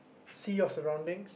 see your surroundings